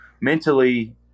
mentally